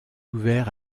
ouvert